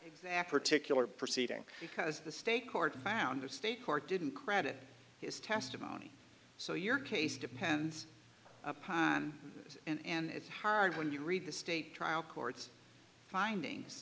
exact particular proceeding because the state court found the state court didn't credit his testimony so your case depends upon it and it's hard when you read the state trial court's findings